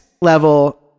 level